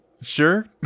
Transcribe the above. Sure